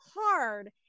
hard